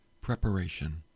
preparation